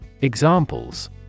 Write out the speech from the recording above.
Examples